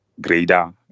grader